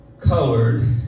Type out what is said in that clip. colored